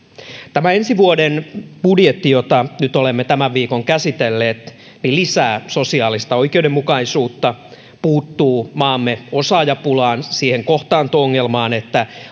tämä ensi vuoden budjetti jota nyt olemme tämän viikon käsitelleet lisää sosiaalista oikeudenmukaisuutta puuttuu maamme osaajapulaan siihen kohtaanto ongelmaan että